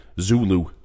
Zulu